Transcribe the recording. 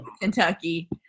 Kentucky